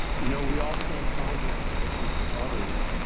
you know, we all stand proudly on the shoulders of others,